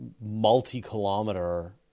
multi-kilometer